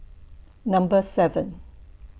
Number seven